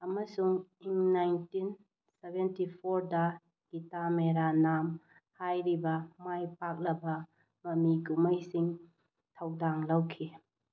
ꯑꯃꯁꯨꯡ in nineteen seventy ꯐꯣꯔꯗ ꯄꯤꯇꯥ ꯃꯦꯔꯥ ꯅꯥꯝ ꯍꯥꯏꯔꯤꯕ ꯃꯥꯏ ꯄꯥꯛꯂꯕ ꯃꯃꯤ ꯀꯨꯝꯍꯩꯁꯤꯡ ꯊꯧꯗꯥꯡ ꯂꯧꯈꯤ